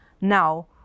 Now